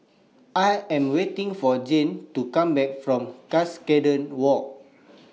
I Am waiting For Jane to Come Back from Cuscaden Walk